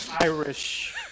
Irish